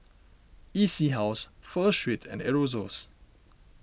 E C House Pho Street and Aerosoles